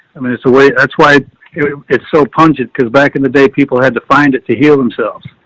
i mean, it's a way that's why it's so pungent. cause back in the day, people had to find it to heal themselves.